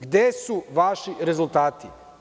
Gde su vaši rezultati?